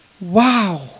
Wow